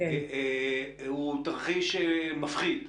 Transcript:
הוא תרחיש מפחיד.